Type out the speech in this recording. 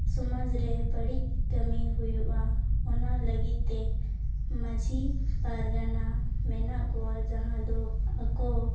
ᱥᱚᱢᱟᱡᱽ ᱨᱮ ᱵᱟᱹᱲᱤᱡ ᱠᱟᱹᱢᱤ ᱦᱩᱭᱩᱜᱼᱟ ᱚᱱᱟ ᱞᱟᱹᱜᱤᱫ ᱛᱮ ᱢᱟᱺᱡᱷᱤ ᱯᱟᱨᱜᱟᱱᱟ ᱢᱮᱱᱟᱜ ᱠᱚᱣᱟ ᱡᱟᱦᱟᱸ ᱫᱚ ᱟᱠᱚ